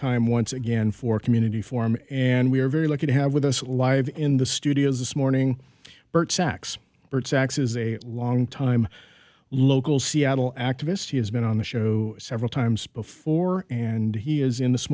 time once again for community form and we are very lucky to have with us live in the studio this morning bert sax bert sax is a long time local seattle activist who has been on the show several times before and he is in this